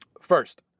First